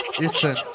listen